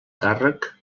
càrrec